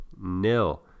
nil